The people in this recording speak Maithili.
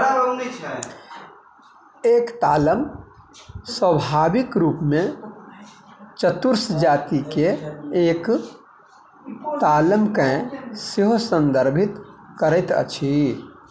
एक तालम स्वाभाविक रूपमे चतुर्स जातिके एक तालमकेँ सेहो सन्दर्भित करैत अछि